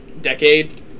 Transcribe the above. decade